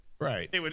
Right